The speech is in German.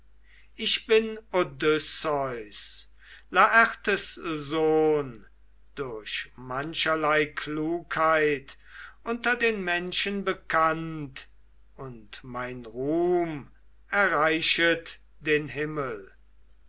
ich bin odysseus laertes sohn durch mancherlei klugheit unter den menschen bekannt und mein ruhm erreichet den himmel